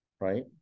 right